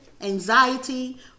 anxiety